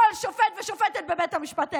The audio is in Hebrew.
כל שופט ושופטת בבית המשפט העליון.